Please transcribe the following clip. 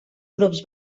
grups